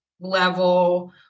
level